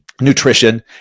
nutrition